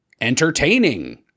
Entertaining